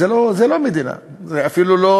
זו לא מדינה, זה אפילו לא